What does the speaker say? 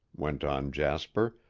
went on jasper,